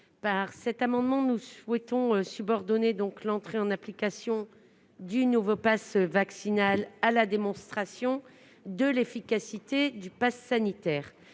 Par cet amendement, nous souhaitons subordonner l'entrée en application du nouveau passe vaccinal à la démonstration de l'efficacité du passe sanitaire.